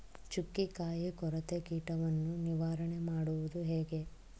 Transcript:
ಚುಕ್ಕಿಕಾಯಿ ಕೊರಕ ಕೀಟವನ್ನು ನಿವಾರಣೆ ಮಾಡುವುದು ಹೇಗೆ?